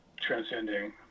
transcending